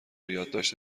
یادداشت